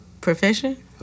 profession